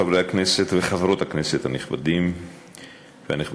חברי הכנסת וחברות הכנסת הנכבדים והנכבדות,